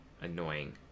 annoying